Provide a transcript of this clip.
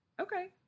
Okay